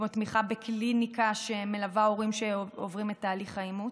כמו תמיכה בקליניקה שמלווה הורים שעוברים את תהליך האימוץ.